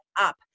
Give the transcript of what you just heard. up